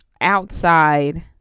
outside